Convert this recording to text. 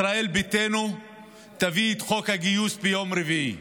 ישראל ביתנו תביא את חוק הגיוס ביום רביעי.